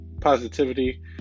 positivity